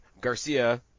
Garcia